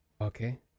Okay